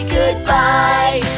goodbye